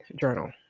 journal